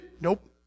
Nope